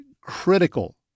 critical